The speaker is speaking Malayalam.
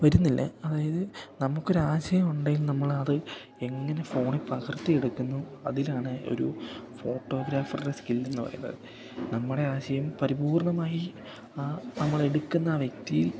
വരുന്നില്ല അതായത് നമുക്ക് ഒരാശയം ഉണ്ടെങ്കിൽ നമ്മളത് എങ്ങനെ ഫോണിൽ പകർത്തിയെടുക്കുന്നു അതിലാണ് ഒരു ഫോട്ടോഗ്രാഫറ്ടെ സ്കില്ല് എന്ന് പറയുന്നത് നമ്മുടെ ആശയം പരിപൂർണ്ണമായി ആ നമ്മൾ എടുക്കുന്ന ആ വ്യക്തി